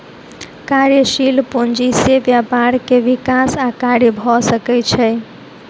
कार्यशील पूंजी से व्यापार के विकास आ कार्य भ सकै छै